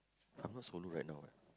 I'm not solo right now what